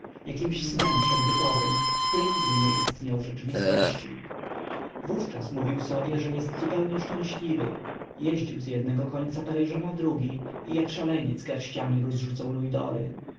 jakimś snem przedbytowym który nigdy nie istniał w rzeczywistości wówczas mówił sobie że jest zupełnie szczęśliwy jeździł z jednego końca paryża na drugi i jak szaleniec garściami rozrzucał luidory